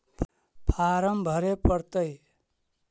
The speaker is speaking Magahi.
फार्म भरे परतय?